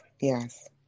yes